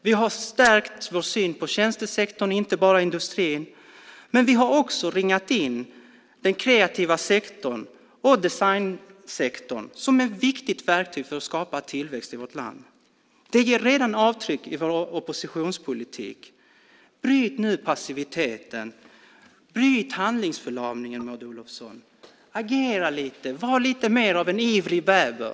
Vi har stärkt vår syn på tjänstesektorn och inte bara industrin. Vi har också ringat in den kreativa sektorn och designsektorn som ett viktigt verktyg för att skapa tillväxt i vårt land. Det ger redan avtryck i vår oppositionspolitik. Bryt passiviteten! Bryt handlingsförlamningen, Maud Olofsson! Agera lite! Var lite mer av en ivrig bäver!